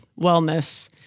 wellness